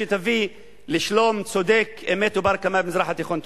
שתביא לשלום אמת צודק ובר-קיימא במזרח התיכון.